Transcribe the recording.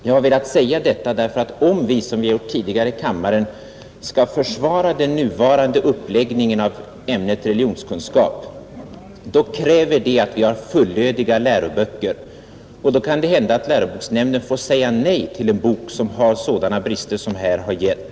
Jag har velat säga detta, därför att om vi som vi har gjort tidigare i kammaren skall försvara den nuvarande uppläggningen av ämnet religionskunskap, kräver det att vi har fullödiga läroböcker, och då kan det hända att läroboksnämnden får säga nej till en bok som har sådana brister som det här har gällt.